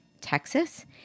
Texas